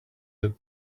that